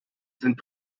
sind